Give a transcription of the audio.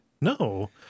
no